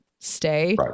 stay